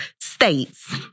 States